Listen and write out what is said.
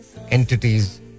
entities